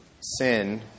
sin